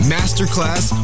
Masterclass